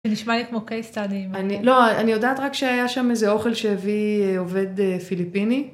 זה נשמע לי כמו case study, אני, לא, אני יודעת רק שהיה שם איזה אוכל שהביא עובד פיליפיני.